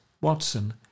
Watson